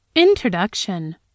INTRODUCTION